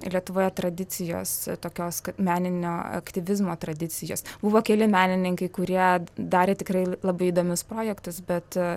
lietuvoje tradicijos tokios kad meninio aktyvizmo tradicijos buvo keli menininkai kurie darė tikrai labai įdomius projektus bet